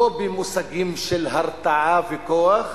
לא במושגים של הרתעה וכוח,